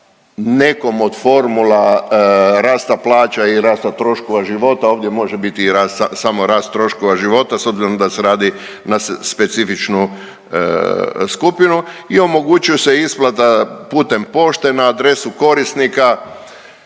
nekom od formula rasta plaća i rasta troškova života, ovdje može biti samo rast troškova života s obzirom da se radi na specifičnu skupinu i omogućuje se isplata putem pošte na adresu korisnika.